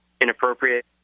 inappropriate